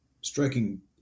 striking